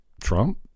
Trump